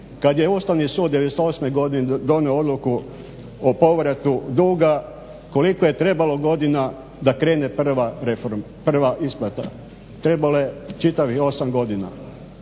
Kada je Ustavni sud '98.godine donio odluku o povratu duga koliko je trebalo godina da krene prva isplata? Trebalo je čitavih 8 godina.